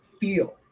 feel